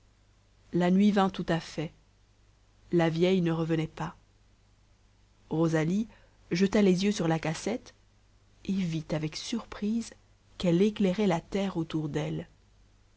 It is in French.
la nuit vint tout à fait la vieille ne revenait pas rosalie jeta les yeux sur la cassette et vit avec surprise qu'elle éclairait la terre autour d'elle